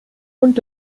und